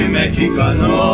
mexicano